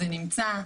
זה נמצא,